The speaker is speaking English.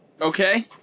okay